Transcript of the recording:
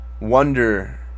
wonder